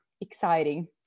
exciting